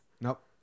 Nope